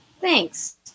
Thanks